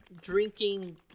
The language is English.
drinking